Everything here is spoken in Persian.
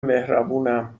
مهربونم